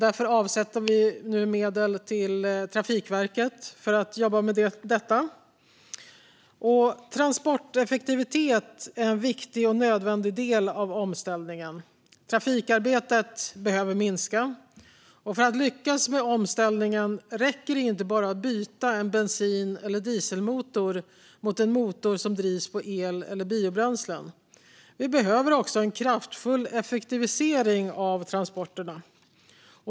Därför avsätter regeringen nu medel för att Trafikverket ska jobba med detta. Transporteffektivitet är en viktig och nödvändig del av omställningen. Trafikarbetet behöver minska. För att lyckas med omställningen räcker det inte att bara byta en bensin eller dieselmotor mot en motor som drivs på el eller biobränslen. Vi behöver också en kraftfull effektivisering av transporterna.